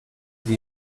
die